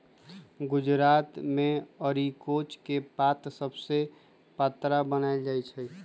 गुजरात मे अरिकोच के पात सभसे पत्रा बनाएल जाइ छइ